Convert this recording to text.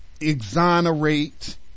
exonerate